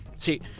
see,